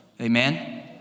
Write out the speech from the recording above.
Amen